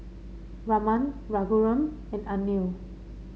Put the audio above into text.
Raman Raghuram and Anil